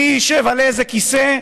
מי ישב על איזה כיסא,